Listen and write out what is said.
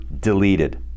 deleted